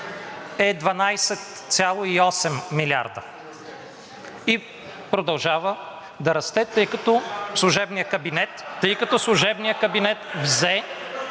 е 12,8 милиарда и продължава да расте, тъй като служебният кабинет